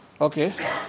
Okay